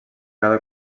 cada